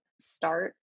start